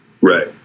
Right